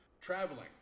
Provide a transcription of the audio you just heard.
Traveling